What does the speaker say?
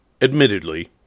Admittedly